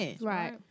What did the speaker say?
Right